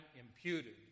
imputed